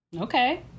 okay